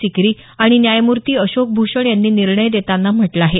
सिक्री आणि न्यायमूर्ती अशोक भूषण यांनी निर्णय देताना म्हटलं आहे